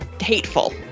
hateful